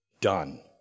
done